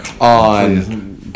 on